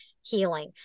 healing